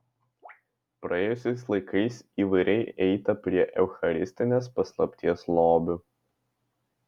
praėjusiais laikais įvairiai eita prie eucharistinės paslapties lobių